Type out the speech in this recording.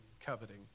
coveting